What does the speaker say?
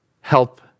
help